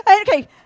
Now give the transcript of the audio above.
Okay